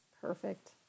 Perfect